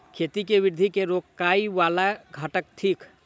खेती केँ वृद्धि केँ रोकय वला घटक थिक?